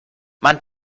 man